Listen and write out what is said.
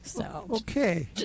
Okay